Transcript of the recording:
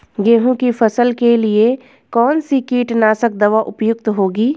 गेहूँ की फसल के लिए कौन सी कीटनाशक दवा उपयुक्त होगी?